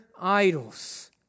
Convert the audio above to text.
idols